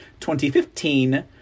2015